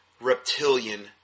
reptilian